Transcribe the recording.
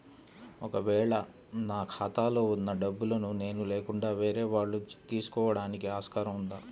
ఒక వేళ నా ఖాతాలో వున్న డబ్బులను నేను లేకుండా వేరే వాళ్ళు తీసుకోవడానికి ఆస్కారం ఉందా?